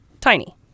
tiny